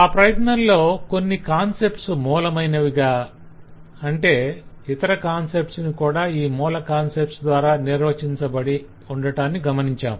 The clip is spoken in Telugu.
ఆ ప్రయత్నంలో కొన్ని కాన్సెప్ట్స్ మూలమైనవి గా - అంటే ఇతర కాన్సెప్ట్స్ ని కూడా ఈ మూల కాన్సెప్ట్ ద్వార నిర్వచించబడటాన్ని గమనించాం